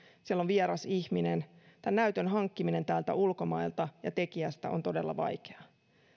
siellä on vieras ihminen tämän näytön hankkiminen sieltä ulkomailta ja tekijästä on todella vaikeaa